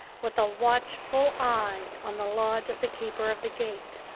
with a watchful eye on the lodge of the keeper of the gate.